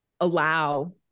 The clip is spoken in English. allow